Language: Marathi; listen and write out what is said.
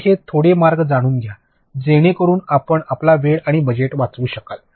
तर हे थोडे मार्ग जाणून घ्या जेणेकरून आपण आपला वेळ आणि बजेट वाचवू शकाल